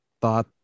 thought